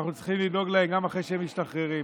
אנחנו צריכים לדאוג להם גם אחרי שהם משתחררים.